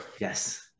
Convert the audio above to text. Yes